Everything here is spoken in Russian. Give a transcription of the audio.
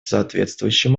соответствующим